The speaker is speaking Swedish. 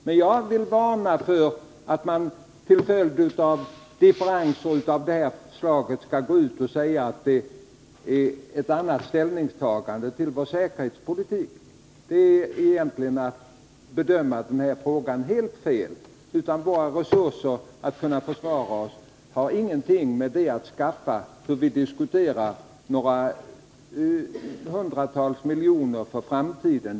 Men jag vill varna för att man på grund av differenser av det här slaget går ut och säger att det är fråga om olika ställningstaganden när det gäller vår säkerhetspolitik. Det innebär att man bedömer den här frågan helt felaktigt. Våra resurser för att försvara oss har ingenting att göra med att vi diskuterar några hundratal miljoner för framtiden.